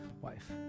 wife